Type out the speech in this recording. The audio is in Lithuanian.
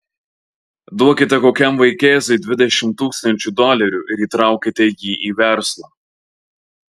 duokite kokiam vaikėzui dvidešimt tūkstančių dolerių ir įtraukite jį į verslą